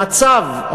המצב,